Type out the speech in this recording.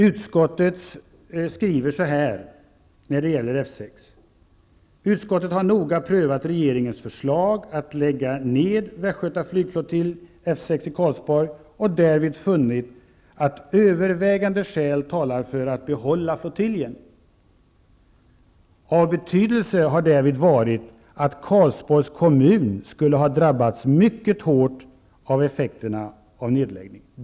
Utskottet skriver när det gäller F 6: ''Utskottet har noga prövat regeringens förslag att lägga ned Västgöta flygflottilj F 6 i Karlsborg och därvid funnit att övervägande skäl talar för att behålla flottiljen. Av betydelse har härvid varit att Karlsborgs kommun skulle ha drabbats mycket hårt av effekterna av en nedläggning.''